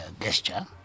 gesture